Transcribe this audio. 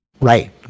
Right